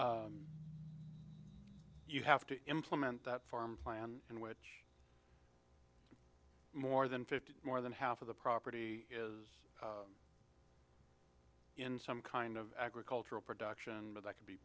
have to implement that farm plan in which more than fifty more than half of the property is in some kind of agricultural production but that c